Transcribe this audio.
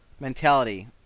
Mentality